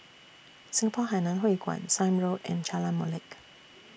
Singapore Hainan Hwee Kuan Sime Road and Jalan Molek